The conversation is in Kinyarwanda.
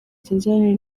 tanzania